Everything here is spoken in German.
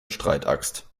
streitaxt